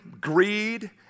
greed